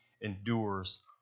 endures